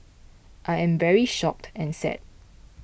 I am very shocked and sad